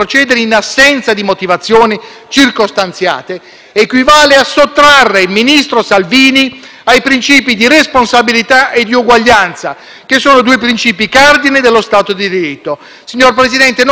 ai principi di responsabilità e di uguaglianza, che sono due principi cardine dello Stato di diritto. Signor Presidente, oggi non stiamo votando solo su una specifica vicenda giudiziaria, pur molto rilevante.